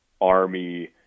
Army